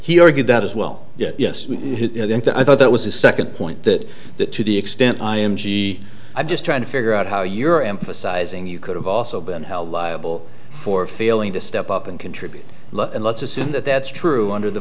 he argued that as well then i thought that was a second point that that to the extent i am g i'm just trying to figure out how you're emphasizing you could have also been held liable for failing to step up and contribute and let's assume that that's true under the